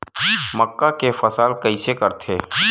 मक्का के फसल कइसे करथे?